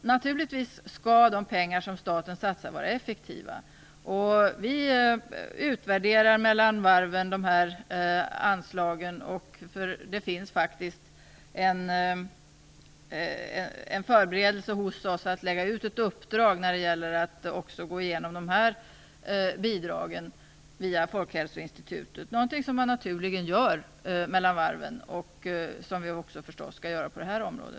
Naturligtvis skall de pengar som staten satsar vara effektiva. Vi utvärderar dessa anslag mellan varven. Vi förbereder ett uppdrag när det gäller att också gå igenom dessa bidrag via Folkhälsoinstitutet, något som man naturligen gör mellan varven och som vi förstås skall göra även på detta område.